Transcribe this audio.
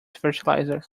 fertilizer